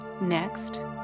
Next